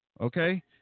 Okay